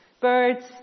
birds